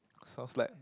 sounds like